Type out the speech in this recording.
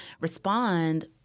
respond